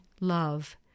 love